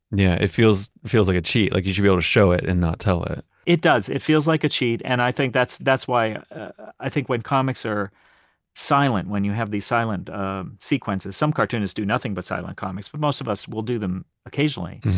yeah it feels feels like a cheat. like you should be able to show it and not tell it it does. it feels like a cheat and i think that's that's why i think when comics are silent, when you have these silent um sequences, some cartoonists do nothing but silent comics, but most of us will do them occasionally.